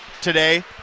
today